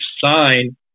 sign